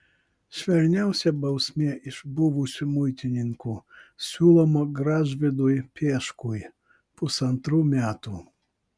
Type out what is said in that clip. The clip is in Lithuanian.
švelniausia bausmė iš buvusių muitininkų siūloma gražvydui pieškui pusantrų metų